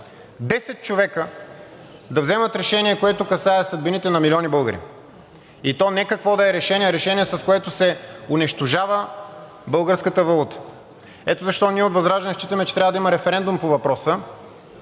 10 човека да вземат решение, което касае съдбините на милиони българи, и то не какво решение, а решение, с което се унищожава българската валута. Ето защо ние от ВЪЗРАЖДАНЕ считаме, че трябва да има референдум по въпроса